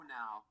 now